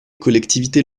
collectivités